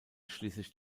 schließlich